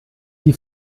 die